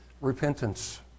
repentance